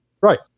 Right